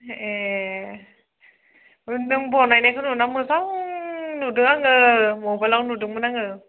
ए नों बानायनायखौ नुना मोजां नुदों आङो मबाइलाव नुदोंमोन आङो